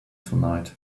tonight